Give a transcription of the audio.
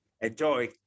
Enjoy